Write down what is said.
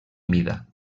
mida